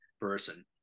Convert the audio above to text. person